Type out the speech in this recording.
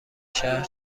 شهر